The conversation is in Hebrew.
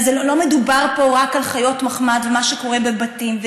לא מדובר פה רק על חיות מחמד ומה שקורה בבתים,